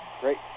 Great